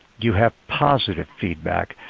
you have positive feedback.